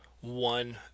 one